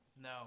No